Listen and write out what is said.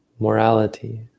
Morality